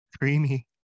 creamy